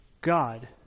God